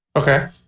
Okay